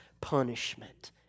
punishment